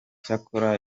cyakora